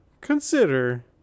Consider